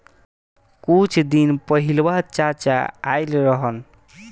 कुछ दिन पहिलवा चाचा आइल रहन